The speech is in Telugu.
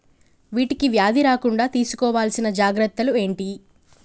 వీటికి వ్యాధి రాకుండా తీసుకోవాల్సిన జాగ్రత్తలు ఏంటియి?